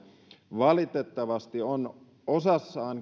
valitettavasti on ainakin osassa